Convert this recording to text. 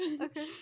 Okay